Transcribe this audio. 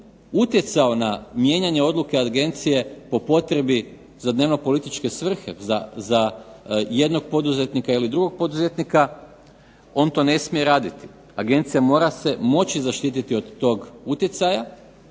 utjecao na mijenjane odluke agencije po potrebi za dnevno političke svrhe, za jednog poduzetnika ili drugo poduzetnika, on to ne smije raditi. Agencija mora se moći zaštiti od toga utjecaja